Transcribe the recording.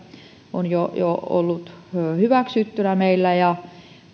on ollut jo hyväksyttynä